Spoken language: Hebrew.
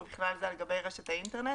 ובכלל זה על גבי רשת האינטרנט".